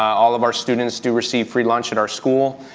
all of our students do receive free lunch at our school.